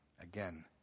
again